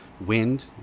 wind